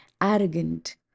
arrogant